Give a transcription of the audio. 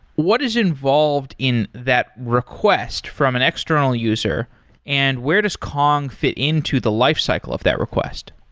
what is involved in that request from an external user and where does kong fit into the lifecycle of that request?